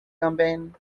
campaigns